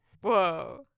Whoa